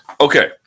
Okay